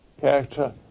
character